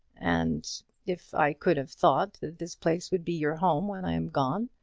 and if i could have thought that this place would be your home when i am gone,